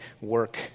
work